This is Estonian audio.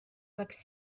oleks